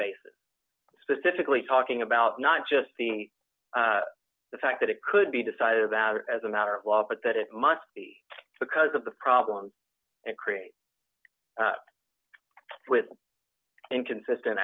basis specifically talking about not just the fact that it could be decided about as a matter of law but that it must be because of the problems it creates with inconsistent